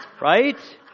Right